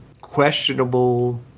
questionable